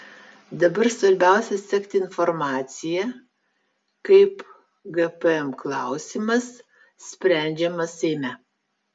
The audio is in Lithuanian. dabar svarbiausia sekti informaciją kaip gpm klausimas sprendžiamas seime